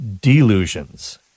delusions